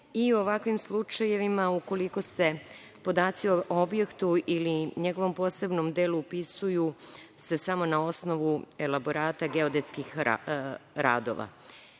i u ovakvim slučajevima ukoliko se podaci o objektu ili njegovom posebnom delu upisuje samo na osnovu elaborata geodetskih radova,